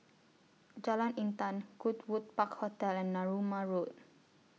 Jalan Intan Goodwood Park Hotel and Narooma Road